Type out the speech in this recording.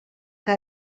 que